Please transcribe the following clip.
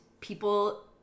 people